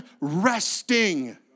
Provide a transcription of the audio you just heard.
resting